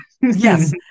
Yes